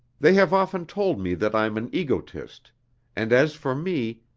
they have often told me that i'm an egotist and as for me,